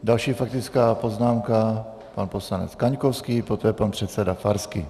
Další faktická poznámka, pan poslanec Kaňkovský, poté pan předseda Farský.